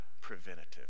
preventative